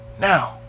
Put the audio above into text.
Now